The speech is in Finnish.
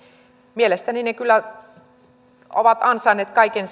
mielestäni kyllä ovat ansainneet kaiken